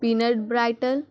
pant brittle